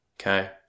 Okay